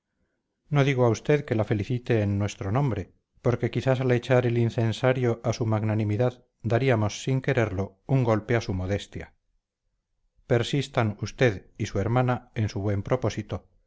no digo a usted que la felicite en nuestro nombre porque quizás al echar el incensario a su magnanimidad daríamos sin quererlo un golpe a su modestia persistan usted y su hermana en su buen propósito